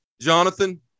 Jonathan